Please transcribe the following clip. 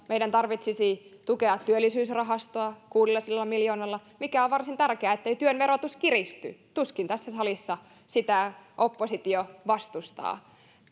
meidän normaalioloissa tarvitsisi tukea työllisyysrahastoa kuudellasadalla miljoonalla mikä on varsin tärkeää ettei työn verotus kiristy tuskin tässä salissa sitä oppositio vastustaa